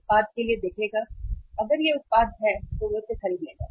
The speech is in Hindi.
उत्पाद के लिए देखो अगर यह उपलब्ध है तो वह इसे खरीद लेगा